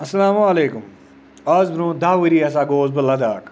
اَسلامُ علیکُم آز برٛونٛہہ دَہ ؤری ہَسا گوس بہٕ لداخ